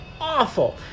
awful